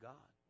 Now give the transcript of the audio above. God